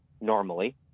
normally